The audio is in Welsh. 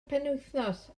penwythnos